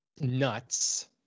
nuts